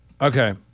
Okay